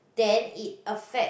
then it affect